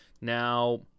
Now